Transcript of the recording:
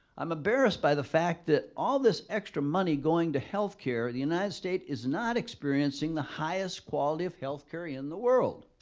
i'm embarrassed by the fact that all this extra money going to healthcare the united states is not experiencing the highest quality of healthcare in the world.